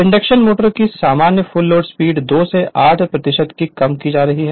induction motor की सामान्य full load slip 2 से 8 के क्रम की है